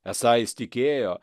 esą jis tikėjo